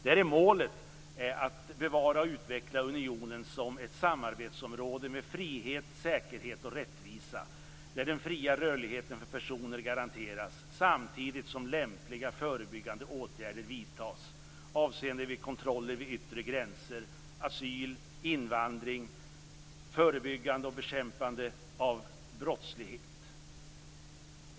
Där är målet att bevara och utveckla unionen som ett samarbetsområde med frihet, säkerhet och rättvisa där den fria rörligheten för personer garanteras samtidigt som lämpliga förebyggande åtgärder vidtas avseende kontroller vid yttre gränser, asyl, invandring, förebyggande och bekämpande av brottslighet.